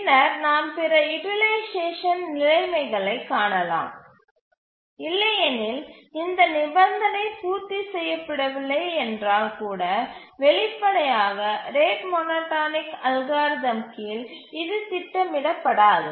பின்னர் நாம் பிற யூட்டிலைசேஷன் நிலைமைகளைக் காணலாம் இல்லையெனில் இந்த நிபந்தனை பூர்த்தி செய்யப்படவில்லை என்றால் கூட வெளிப்படையாக ரேட் மோனோடோனிக் அல்காரிதம் கீழ் இது திட்டமிடப்படாது